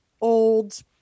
old